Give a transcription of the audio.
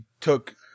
took